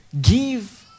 give